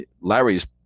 Larry's